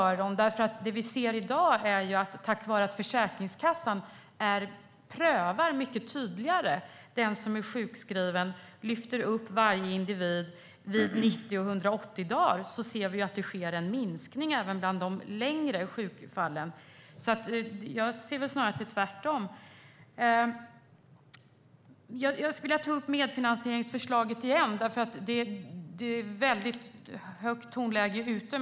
Det vi ser i dag är ju att det sker en minskning även bland de längre sjukfallen tack vare att Försäkringskassan mycket tydligare prövar den som är sjukskriven och "lyfter upp" varje individ vid 90 och 180 dagar. Jag anser alltså att det snarare är tvärtom. Jag skulle vilja ta upp medfinansieringsförslaget igen. Det är ett väldigt högt tonläge.